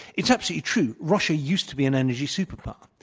it's absolutely true. russia used to be an energy superpower.